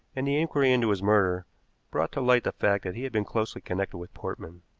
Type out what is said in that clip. and the inquiry into his murder brought to light the fact that he had been closely connected with portman.